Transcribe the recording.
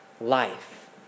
life